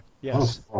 Yes